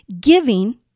Giving